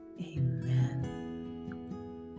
Amen